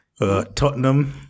Tottenham